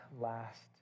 last